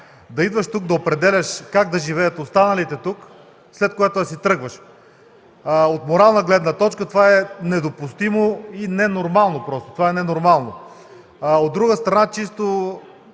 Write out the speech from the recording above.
да идваш тук да определяш как да живеят останалите, след което да си тръгваш. От морална гледна точка това е недопустимо и ненормално просто. Това е ненормално! От друга страна, чисто